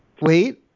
wait